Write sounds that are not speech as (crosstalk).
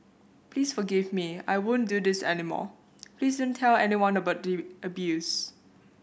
please forgive me I won't do this any more please don't tell anyone about the (unintelligible) abuse